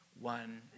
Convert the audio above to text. one